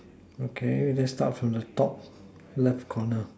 okay let's start from the top left corner